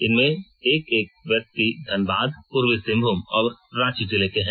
इनमें एक एक व्यकित धनबाद पूर्वी सिंहभूम और रांची जिले के हैं